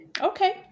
Okay